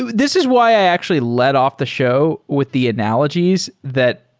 this is why i actually led off the show with the analogies that